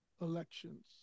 elections